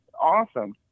awesome